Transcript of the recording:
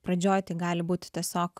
pradžioj tai gali būti tiesiog